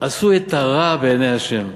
עשו את הרע בעיני השם.